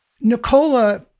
Nicola